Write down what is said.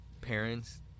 parents